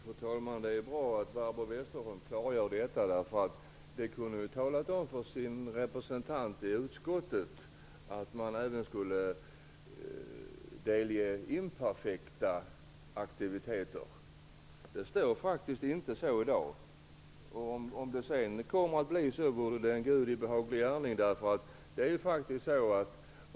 Fru talman! Det är bra att Barbro Westerholm klargör detta. Hon kunde ha talat om för sin representant i utskottet att man även skulle återge imperfekta aktiviteter. Så står det inte i dag. Men om det skulle bli så, vore det en Gudi behaglig gärning.